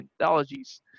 anthologies